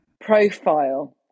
profile